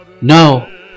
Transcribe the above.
No